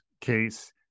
case